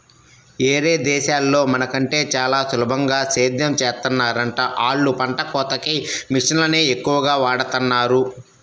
యేరే దేశాల్లో మన కంటే చానా సులభంగా సేద్దెం చేత్తన్నారంట, ఆళ్ళు పంట కోతకి మిషన్లనే ఎక్కువగా వాడతన్నారు